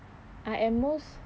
I at most